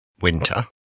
winter